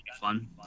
fun